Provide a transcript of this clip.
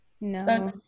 no